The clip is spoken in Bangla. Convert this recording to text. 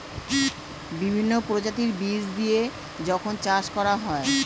বিভিন্ন প্রজাতির বীজ দিয়ে যখন চাষ করা হয়